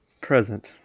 Present